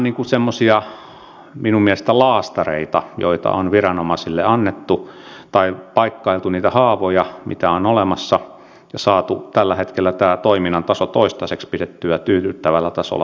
nämä ovat minun mielestäni semmoisia laastareita joita on viranomaisille annettu tai on paikkailtu niitä haavoja mitä on olemassa ja saatu tällä hetkellä tämä toiminta toistaiseksi pidettyä tyydyttävällä tasolla